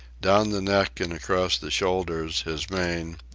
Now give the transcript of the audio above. down the neck and across the shoulders, his mane,